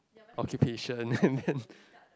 occupation and then